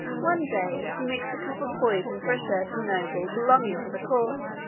one day, she mixed a cup of poison for a certain noble belonging to the court